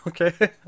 Okay